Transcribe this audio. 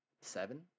seven